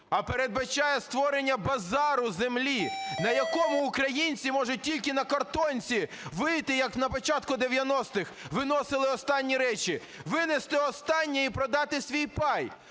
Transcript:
а передбачає створення "базару" землі, на якому українці можуть тільки на картонці вийти, як на початку 90-х виносили останні речі, винести останнє і продати свій пай.